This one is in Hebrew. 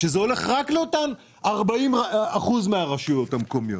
שזה הולך רק לאותם 40 אחוזים מהרשויות המקומיות.